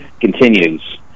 continues